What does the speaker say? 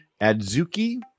Adzuki